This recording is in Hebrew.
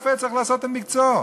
הוא צריך לעשות את מקצועו.